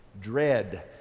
dread